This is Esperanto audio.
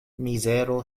mizero